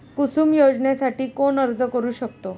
कुसुम योजनेसाठी कोण अर्ज करू शकतो?